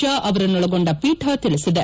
ಶಾ ಅವರನ್ನೊಳಗೊಂಡ ಪೀಠ ತಿಳಿಸಿದೆ